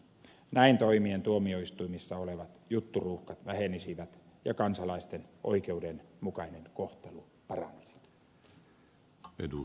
näin toimien tuomioistuimissa olevat jutturuuhkat vähenisivät ja kansalaisten oikeudenmukainen kohtelu paranisi